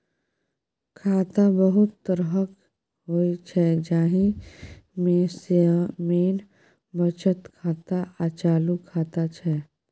खाता बहुत तरहक होइ छै जाहि मे सँ मेन बचत खाता आ चालू खाता छै